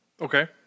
okay